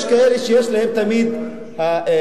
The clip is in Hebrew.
יש כאלה שיש להם תמיד תחושה,